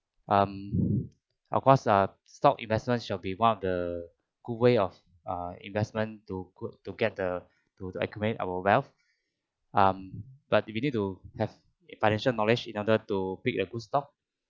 um of course uh stock investment shall be one of the good way of uh investment to to get the to accumulate our wealth um but if you need to have a financial knowledge in order to pick a good stock